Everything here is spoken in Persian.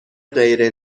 غیر